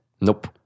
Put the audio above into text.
Nope